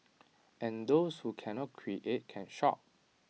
and those who cannot create can shop